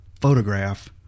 photograph